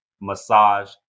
massage